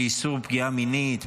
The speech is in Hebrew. מאיסור פגיעה מינית,